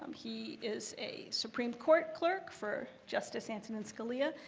he is a supreme court clerk for justice antonin scalia,